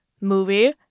movie